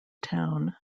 town